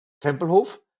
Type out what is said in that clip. Tempelhof